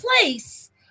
place